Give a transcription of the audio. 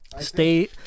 Stay